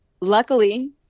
luckily